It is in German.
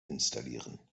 installieren